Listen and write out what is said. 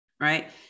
right